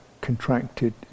contracted